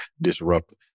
disrupt